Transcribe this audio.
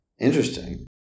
Interesting